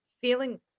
feeling